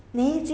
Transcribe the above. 他